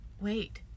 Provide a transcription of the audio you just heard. wait